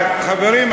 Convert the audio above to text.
חברים,